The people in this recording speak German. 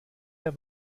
der